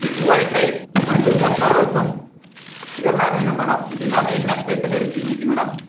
with ஒட் rice and pepper rasam இதெல்லாம் வேணும் மேடம் இதில்லாமல் என்ன ஸ்பெஷலு இருக்கு இன்னிக்கு மேடம்